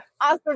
Awesome